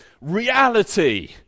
reality